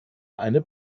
eine